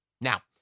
Now